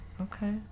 Okay